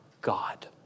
God